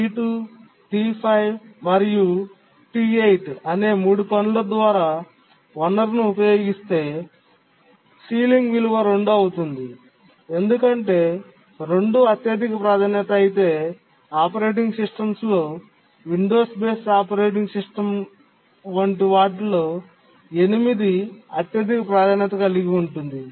T2 T5 మరియు T8 అనే 3 పనుల ద్వారా వనరును ఉపయోగిస్తే సీలింగ్ విలువ 2 అవుతుంది ఎందుకంటే 2 అత్యధిక ప్రాధాన్యత అయితే ఆపరేటింగ్ సిస్టమ్లో విండోస్ బేస్డ్ ఆపరేటింగ్ సిస్టమ్స్ వంటి వాటిలో 8 అత్యధిక ప్రాధాన్యత కలిగి ఉంటుంది